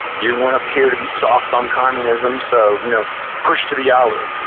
you weren't up here to be soft on communism so you know push to the yalu.